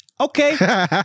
okay